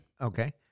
Okay